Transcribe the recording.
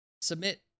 submit